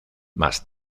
más